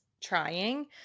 trying –